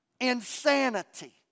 Insanity